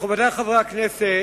מכובדי חברי הכנסת,